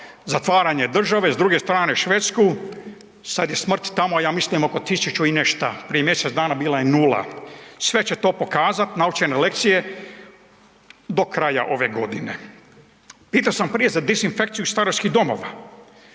zatvaranje države s druge strane Švedsku, sad je smrt tamo ja mislim oko 1000 i nešta, prije mjesec dana bila je nula. Sve će to pokazati naučene lekcije do kraja ove godine. Pito sam prije za dezinfekciju staračkih domova,